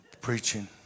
preaching